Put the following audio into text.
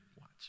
watch